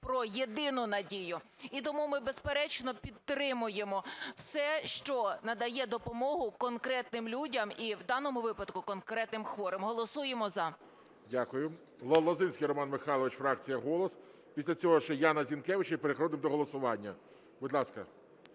про єдину надію. І тому ми, безперечно, підтримуємо все, що надає допомогу конкретним людям, і в даному випадку конкретним хворим. Голосуємо "за". ГОЛОВУЮЧИЙ. Дякую. Лозинський Роман Михайлович, фракція "Голос". Після цього Яна Зінкевич, і переходимо до голосування. Будь ласка.